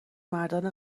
مردان